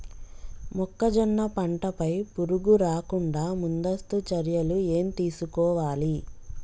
మొక్కజొన్న పంట పై పురుగు రాకుండా ముందస్తు చర్యలు ఏం తీసుకోవాలి?